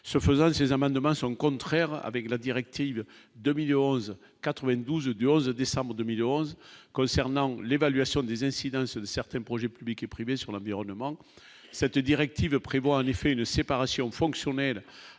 ce faisant, ces amendements sont contraires avec la directive 2011 92 du 11 décembre 2011 concernant l'évaluation des incidences certains projets publics et privés sur l'environnement, cette directive prévoit en effet une séparation fonctionnelle